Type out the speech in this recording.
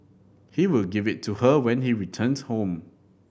he would give it to her when he returned home